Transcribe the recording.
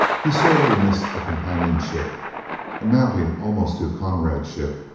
he sorely missed the companionship amounting almost to comradeship,